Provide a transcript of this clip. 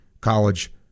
college